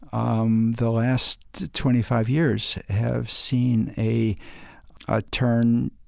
um the last twenty five years have seen a ah turn.